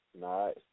Nice